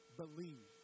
believe